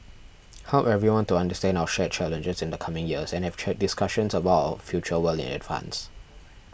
help everyone to understand our shared challenges in the coming years and have check discussions about our future well in advance